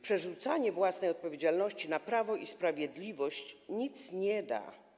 Przerzucanie własnej odpowiedzialności na Prawo i Sprawiedliwość nic nie da.